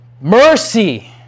Mercy